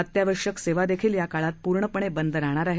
अत्यावश्यक सेवा देखील या काळात पूर्णपणे बंद राहणार आहेत